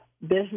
business